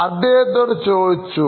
അദ്ദേഹത്തോട് ചോദിച്ചു